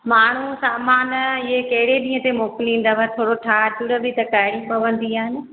माण्हू सामान इहे कहिड़े ॾींहं ते मोकलींदव थोरो ठाहजुड़ बि त करिणी पवंदी आहे न